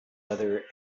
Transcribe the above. other